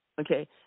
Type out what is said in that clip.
Okay